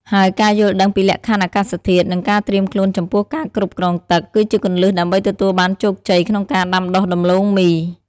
ហើយការយល់ដឹងពីលក្ខខណ្ឌអាកាសធាតុ និងការត្រៀមខ្លួនចំពោះការគ្រប់គ្រងទឹក គឺជាគន្លឹះដើម្បីទទួលបានជោគជ័យក្នុងការដាំដុះដំឡូងមី។